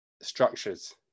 structures